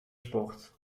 sport